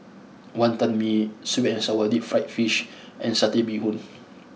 Wonton Mee Sweet and Sour Deep Fried Fish and Satay Bee Hoon